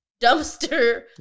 dumpster